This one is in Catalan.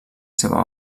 seva